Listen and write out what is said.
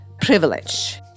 privilege